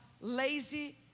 lazy